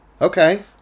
Okay